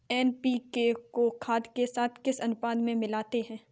NPK को खाद के साथ किस अनुपात में मिलाते हैं?